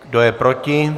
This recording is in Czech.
Kdo je proti?